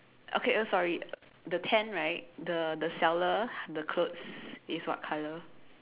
okay oh sorry the tent right the the seller the clothes is what colour